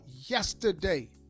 yesterday